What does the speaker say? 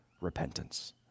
repentance